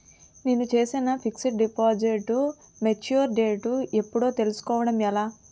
నేను చేసిన fixed deposit mature date ఎప్పుడో తెల్సుకోవడం ఎలా?